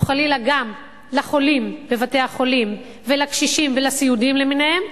או חלילה גם לחולים בבתי-החולים ולקשישים ולסיעודיים למיניהם,